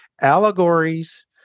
allegories